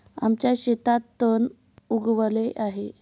आमच्या शेतात तण उगवले आहे